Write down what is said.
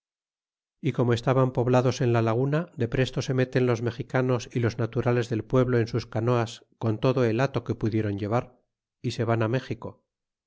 y como estaban poblados en la lagu na de presto se meten los mexicanos y los naturales del pueblo en sus canoas con todo el hato que pudieron llevar y se van méxico